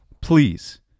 Please